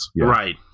Right